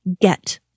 get